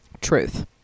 truth